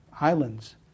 islands